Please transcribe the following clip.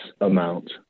amount